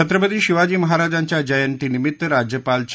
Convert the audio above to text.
छत्रपती शिवाजी महाराजांच्या जयंतीनिमित्त राज्यपाल चे